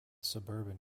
suburban